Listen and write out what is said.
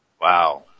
Wow